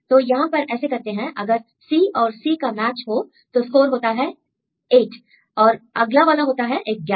तो यहां पर ऐसे करते हैं अगर C और C का मैच हो तो स्कोर होता है 8 और अगला वाला होता है एक गैप